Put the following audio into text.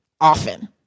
often